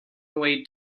away